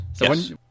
yes